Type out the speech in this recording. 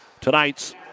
tonight's